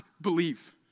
believe